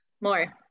more